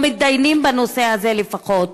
או מתדיינות בנושא הזה לפחות.